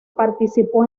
participó